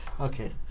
Okay